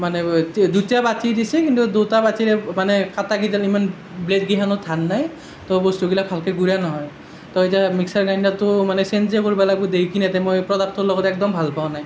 মানে দুটা বাটি দিছে কিন্তু দুটা বাটিৰে মানে কাটাকিডাল ইমান ব্লেডকেইখনৰ ধাৰ নাই তো বস্তুবিলাক ভালকৈ গুৰা নহয় তো এতিয়া মিক্সাৰ গ্ৰাইণ্ডাৰটো মানে চেঞ্চে কৰিব লাগিব দেই কিনে মই প্ৰডাক্টটো লগত একদম ভাল পোৱা নাই